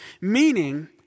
meaning